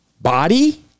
body